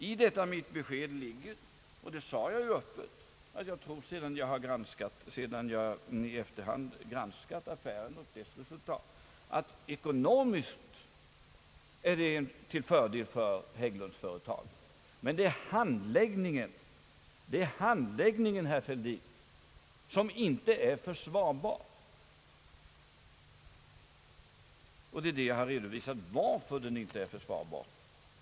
I detta mitt besked ligger, och det sade jag öppet, att jag tror — sedan jag i efterhand granskat affären och dess resultat — att ekonomiskt är avvecklingen till fördel för Hägglundsföretaget. Men det är handläggningen, herr Fälldin, som inte är försvarbar. Jag har redovisat varför den inte är försvarbar.